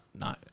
no